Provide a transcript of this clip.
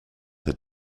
had